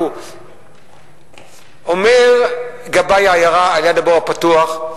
אומר גבאי העיירה ליד הבור הפתוח: